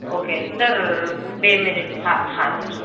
okay sir બે minute હા હા સર